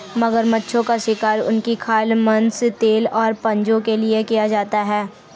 मगरमच्छों का शिकार उनकी खाल, मांस, तेल और पंजों के लिए किया जाता है